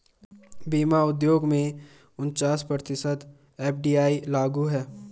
बीमा उद्योग में उनचास प्रतिशत एफ.डी.आई लागू है